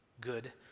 good